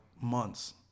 months